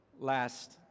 Last